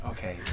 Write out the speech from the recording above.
Okay